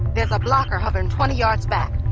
there's a blocker hovering twenty yards back.